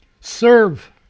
serve